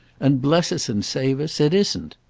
and, bless us and save us, it isn't!